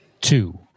two